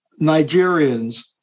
Nigerians